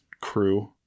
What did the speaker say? crew